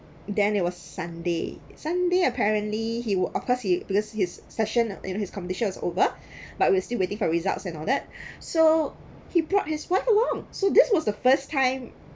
then it was sunday sunday apparently he would of course he because his session in his competition is over but we're still waiting for results and all that so he brought his wife along so this was the first time